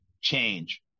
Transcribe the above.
change